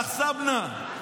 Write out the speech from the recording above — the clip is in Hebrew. עלא חסבנא.